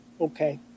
Okay